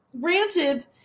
granted